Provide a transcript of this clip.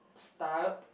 styled